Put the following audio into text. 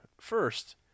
First